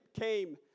came